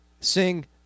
sing